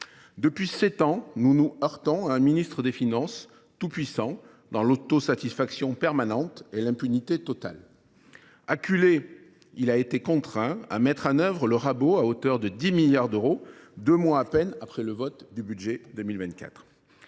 Depuis sept ans, nous nous heurtons à un ministre des finances tout puissant, qui est dans l’autosatisfaction permanente et dans une impunité totale. Acculé, il a été contraint de mettre en œuvre le rabot à hauteur de 10 milliards d’euros, deux mois à peine après le vote du budget pour